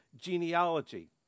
genealogy